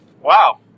wow